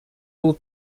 all